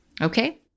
Okay